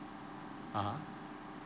(uh huh)